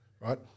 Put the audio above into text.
right